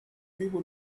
people